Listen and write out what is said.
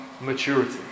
maturity